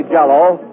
Jell-O